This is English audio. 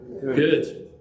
good